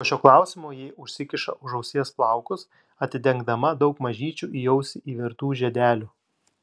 po šio klausimo ji užsikiša už ausies plaukus atidengdama daug mažyčių į ausį įvertų žiedelių